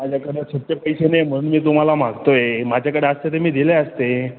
माझ्याकडं सुटे पैसे नाही म्हणून मी तुम्हाला मागतो आहे माझ्याकडे असते तर मी दिले असते